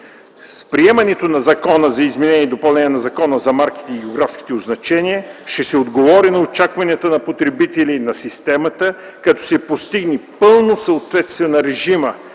С приемането на Закона за изменение и допълнение на Закона за марките и географските означения ще се отговори на очакванията на потребители на системата, като се постигне пълно съответствие на режима